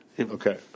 Okay